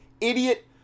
idiot